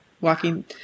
walking